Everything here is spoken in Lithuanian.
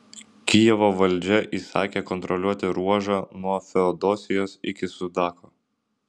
kijevo valdžia įsakė kontroliuoti ruožą nuo feodosijos iki sudako